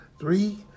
Three